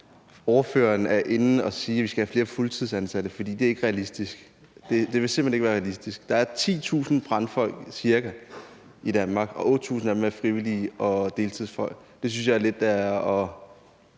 ordføreren er inde og sige, at vi skal have flere fuldtidsansatte, for det er ikke realistisk, det vil simpelt hen ikke være realistisk. Der er ca. 10.000 brandfolk i Danmark, og 8.000 af dem er frivillige og deltidsfolk. Det synes jeg måske lidt er at